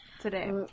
today